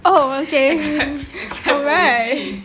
oh okay alright